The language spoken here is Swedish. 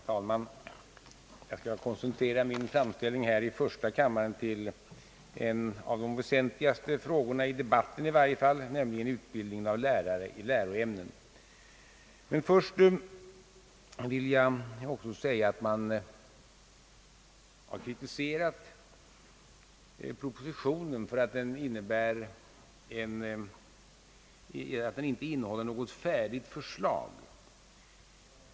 Herr talman! Jag skall koncentrera min framställning här i första kammaren till en av de väsentligaste frågorna i debatten, nämligen utbildning av lärare i läroämnen,. Först vill jag dock säga några ord med anledning av att man kritiserat propositionen för att den inte innehåller något färdigt förslag.